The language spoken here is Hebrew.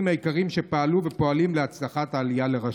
היקרים שפעלו ופועלים להצלחת העלייה לרשב"י.